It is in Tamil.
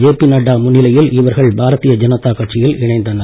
ஜே பி நட்டா முன்னிலையில் இவர்கள் பாரதீய ஜனதா கட்சியில் இணைந்தனர்